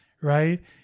Right